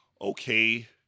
okay